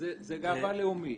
זו גאווה לאומית.